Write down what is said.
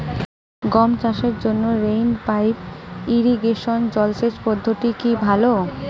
গম চাষের জন্য রেইন পাইপ ইরিগেশন জলসেচ পদ্ধতিটি কি ভালো?